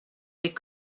des